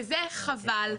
וזה חבל.